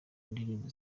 indirimbo